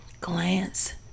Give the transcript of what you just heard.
glance